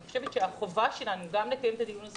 אני חושבת שהחובה שלנו לקיים את הדיון שלנו